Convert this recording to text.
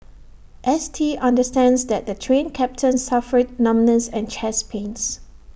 S T understands that the Train Captain suffered numbness and chest pains